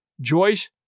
Joyce